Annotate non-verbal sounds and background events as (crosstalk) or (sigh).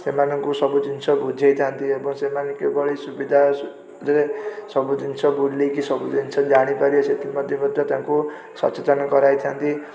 ସେମାନଙ୍କୁ ସବୁ ଜିନିଷ ବୁଝେଇଥାନ୍ତି ଏବଂ ସେମାନେ କିଭଳି ସୁବିଧାରେ (unintelligible) ସବୁ ଜିନିଷ ବୁଲିକି ସବୁ ଜିନିଷ ଜାଣିପାରିବେ ସେଥିପ୍ରତି ମଧ୍ୟ ତାଙ୍କୁ ସଚେତନ କରାଇଥାନ୍ତି